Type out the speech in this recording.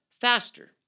faster